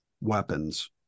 weapons